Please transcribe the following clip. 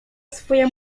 swoje